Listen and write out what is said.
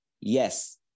Yes